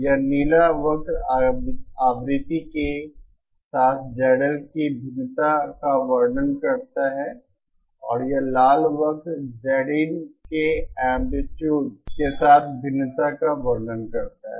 यह नीला वक्र आवृत्ति के साथ ZL की भिन्नता का वर्णन करता है और यह लाल वक्र Zin Zin के एंप्लीट्यूड के साथ भिन्नता का वर्णन करता है